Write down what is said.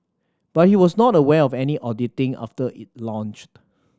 but he was not aware of any auditing after it launched